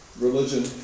religion